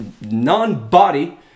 non-body